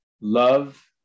love